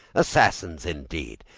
assassins indeed!